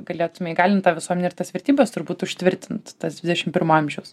galėtume įgalint tą visuomenę ir tas vertybes turbūt užtvirtint tas dvidešim pirmo amžiaus